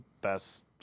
best